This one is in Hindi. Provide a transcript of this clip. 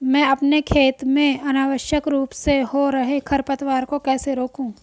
मैं अपने खेत में अनावश्यक रूप से हो रहे खरपतवार को कैसे रोकूं?